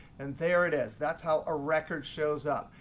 and there it is. that's how a record shows up.